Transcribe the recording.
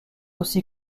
aussi